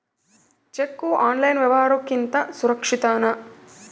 Cheque online ವ್ಯವಹಾರುಕ್ಕಿಂತ ಸುರಕ್ಷಿತನಾ?